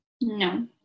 No